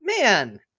man